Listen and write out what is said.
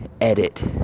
edit